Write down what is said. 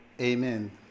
Amen